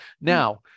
Now